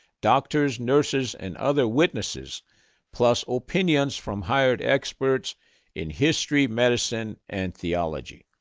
doctors, nurses, and other witnesses plus opinions from hired experts in history, medicine, and theology.